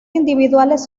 individuales